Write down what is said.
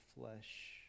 flesh